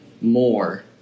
more